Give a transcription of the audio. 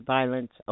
Violence